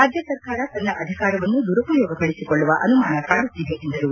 ರಾಜ್ಯ ಸರ್ಕಾರ ತನ್ನ ಅಧಿಕಾರವನ್ನು ದುರುಪಯೋಗ ಪಡಿಸಿಕೊಳ್ಳುವ ಅನುಮಾನ ಕಾಡುತ್ತಿದೆ ಎಂದರು